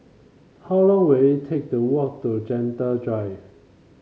how long will it take to walk to Gentle Drive